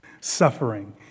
suffering